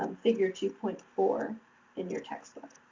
um figure two point four in your textbook.